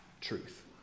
truth